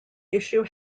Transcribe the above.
issue